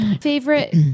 Favorite